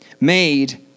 made